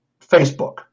Facebook